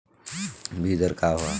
बीज दर का वा?